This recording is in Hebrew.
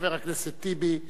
חבר הכנסת טיבי,